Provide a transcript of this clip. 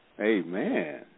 Amen